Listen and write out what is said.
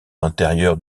intérieures